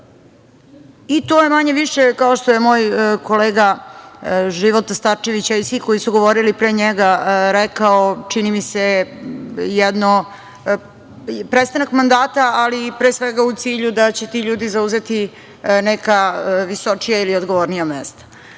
To je manje-više, kao što je moj kolega Života Starčević, a i svi koji su govorili pre njega, rekao, čini mi se, prestanak mandata, ali pre svega u cilju da će ti ljudi zauzeti neka visočija ili odgovornija mesta. Važno